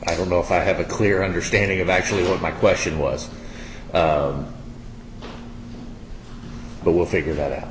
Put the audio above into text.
i don't know if i have a clear understanding of actually what my question was but we'll figure that out